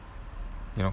you know